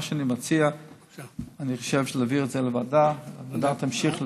אני מציע להעביר את זה לוועדה, הוועדה תמשיך לדון.